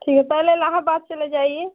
ठीक है पहले इलाहाबाद चले जाइए